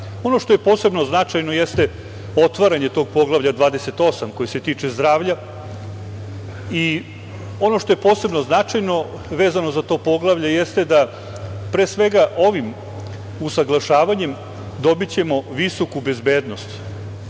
što je posebno značajno jeste otvaranje tog poglavlja 28 koji se tiče zdravlja i ono što je posebno značajno, vezano za to poglavlje, jeste da ćemo ovim usaglašavanjem dobiti visoku bezbednost